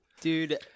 Dude